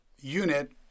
unit